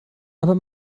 aber